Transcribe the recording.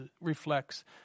reflects